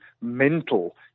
mental